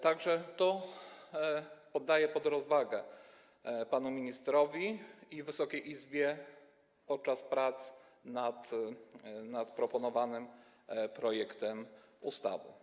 Tak że poddaję to pod rozwagę panu ministrowi i Wysokiej Izbie podczas prac nad proponowanym projektem ustawy.